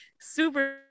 super